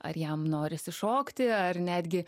ar jam norisi šokti ar netgi